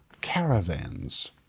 caravans